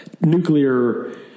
nuclear